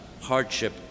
hardship